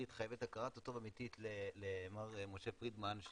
חייבת הכרת הטוב אמיתית למר משה פרידמן,